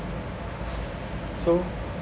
so